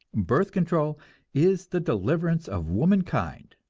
birth control is the deliverance of womankind,